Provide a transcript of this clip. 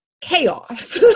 chaos